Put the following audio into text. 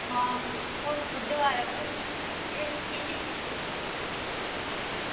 नां यरो हून बुड्ढे बारै कुट्ट खानी केह्